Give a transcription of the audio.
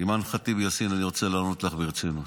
אימאן ח'טיב יאסין, אני רוצה לענות לך ברצינות.